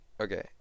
okay